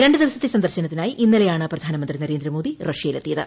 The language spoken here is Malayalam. രണ്ട് ദിവസത്തെ സന്ദർശനത്തിനായി ഇന്നലെയ്ക്ക് പ്രധാനമന്ത്രി നരേന്ദ്രമോദി റഷ്യയിലെത്തിയത്